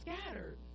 scattered